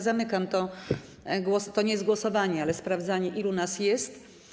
Zamykam więc - to nie jest głosowanie - sprawdzanie, ilu nas jest.